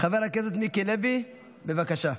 חבר הכנסת מיקי לוי, בבקשה.